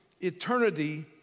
eternity